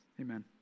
Amen